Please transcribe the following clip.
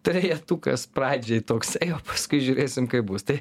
trejetukas pradžiai toks ė o paskui žiūrėsim kaip bus tai